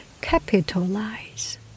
capitalize